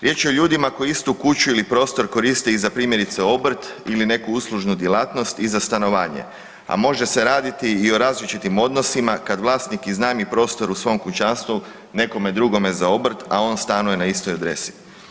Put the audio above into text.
Riječ je o ljudima koji istu kuću ili prostor koriste i za primjerice obrt ili neku uslužnu djelatnost i za stanovanje, a može se raditi i o različitim odnosima kad vlasnik iznajmi prostor u svom kućanstvu nekome druge za obrt, a on stanuje na istoj adresi.